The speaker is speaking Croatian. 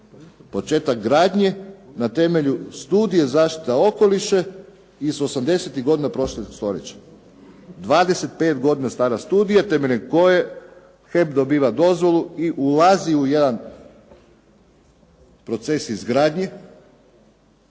početak gradnje na temelju studije zaštite okoliša iz 80-tih godina prošlog stoljeća. 25 godina stara studija temeljem koje HEP dobiva dozvolu i ulazi u jedan proces izgradnje